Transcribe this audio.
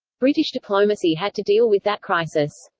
british diplomacy had to deal with that crisis.